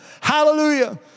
hallelujah